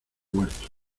huerto